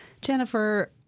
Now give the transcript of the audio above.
jennifer